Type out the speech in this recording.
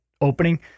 opening